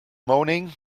moaning